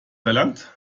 verlangt